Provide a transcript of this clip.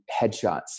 headshots